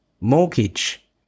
mortgage